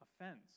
offense